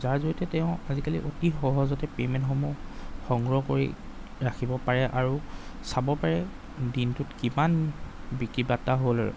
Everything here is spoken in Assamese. যাৰ জৰিয়তে তেওঁ আজিকালি অতি সহজতে পেমেন্টসমূহ সংগ্ৰহ কৰি ৰাখিব পাৰে আৰু চাব পাৰে দিনটোত কিমান বিক্ৰী বাৰ্তা হ'ল আৰু